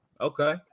Okay